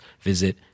visit